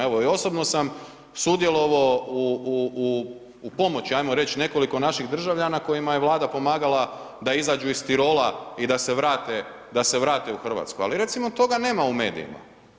Evo i osobno sam sudjelovao u, u, u, u pomoći ajmo reć nekoliko naših državljana kojima je Vlada pomagala da izađu iz Tirola i da se vrate, da se vrate u RH, ali recimo toga nema u medijima.